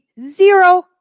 zero